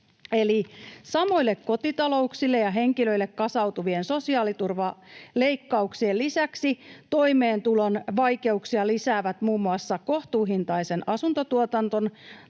samoille kotitalouksille ja henkilöille kasautuvien sosiaaliturvaleikkauksien lisäksi toimeentulon vaikeuksia lisäävät muun muassa kohtuuhintaisen asuntotuotannon